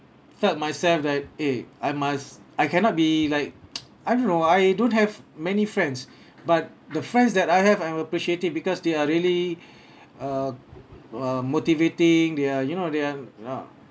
felt myself that eh I must I cannot be like I don't know I don't have many friends but the friends that I have I'm appreciative because they are really uh uh motivating they are you know they are